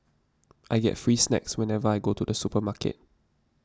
I get free snacks whenever I go to the supermarket